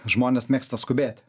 žmonės mėgsta skubėti